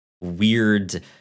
weird